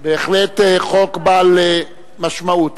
בהחלט חוק בעל משמעות.